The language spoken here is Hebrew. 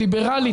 ליברלית,